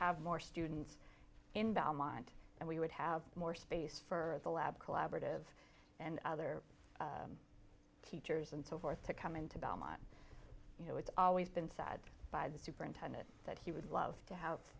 have more students in belmont and we would have more space for the lab collaborative and other teachers and so forth to come into belmont you know it's always been said by the superintendent that he would love to have